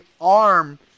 arm